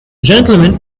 gentlemen